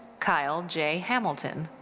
kyle j. hamilton.